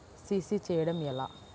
CC చేయడము ఎలా?